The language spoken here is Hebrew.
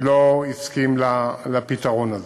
לא הסכים לפתרון הזה.